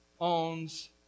owns